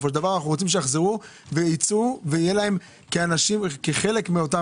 אנחנו רוצים שיחזרו וייצאו ויהיו כחלק מאותם